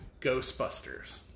Ghostbusters